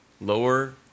Lower